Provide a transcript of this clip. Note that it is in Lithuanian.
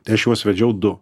tai aš juos vedžiau du